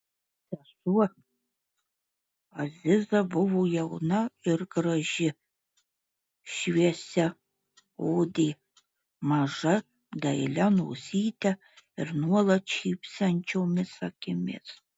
sesuo aziza buvo jauna ir graži šviesiaodė maža dailia nosyte ir nuolat šypsančiomis akimis